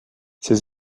ses